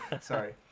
sorry